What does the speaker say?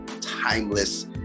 timeless